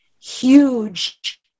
huge